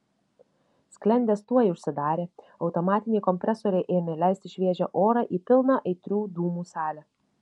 sklendės tuoj užsidarė automatiniai kompresoriai ėmė leisti šviežią orą į pilną aitrių dūmų salę